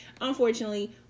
Unfortunately